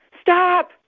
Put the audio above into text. Stop